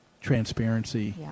transparency